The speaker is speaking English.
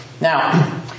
Now